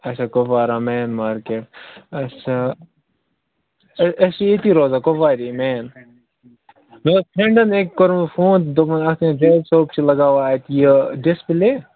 اچھا کۄپوارا مین مارکیٚٹ اچھا أسۍ چھِ ییٚتی روزان کۄپوارٕے مین مےٚ ٲس فرٛیٚنٛڈَن أکۍ کوٚرمُت فون دوٚپُن اَتھٕے جاوید صٲب چھُ لَگاوان اَتہِ یہِ ڈِسپٕلیے